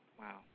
Wow